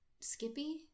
Skippy